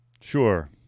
Sure